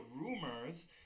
rumors